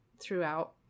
throughout